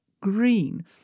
green